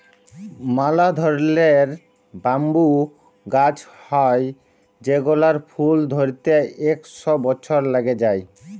ম্যালা ধরলের ব্যাম্বু গাহাচ হ্যয় যেগলার ফুল ধ্যইরতে ইক শ বসর ল্যাইগে যায়